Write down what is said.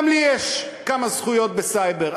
גם לי יש כמה זכויות בסייבר.